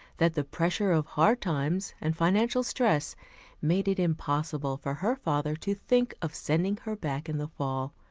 that the pressure of hard times and financial stress made it impossible for her father to think of sending her back in the fall.